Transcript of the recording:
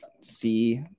see